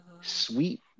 sweet